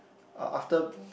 uh after